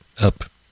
up